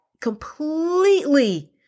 completely